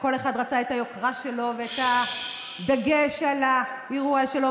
שכל אחת רצתה את היוקרה שלה ואת הדגש על האירוע שלה.